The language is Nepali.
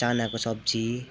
चानाको सब्जी